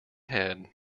head